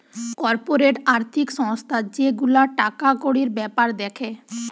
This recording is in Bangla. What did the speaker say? কর্পোরেট আর্থিক সংস্থা যে গুলা টাকা কড়ির বেপার দ্যাখে